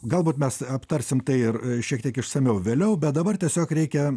galbūt mes aptarsim tai ir šiek tiek išsamiau vėliau bet dabar tiesiog reikia